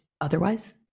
otherwise